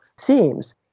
themes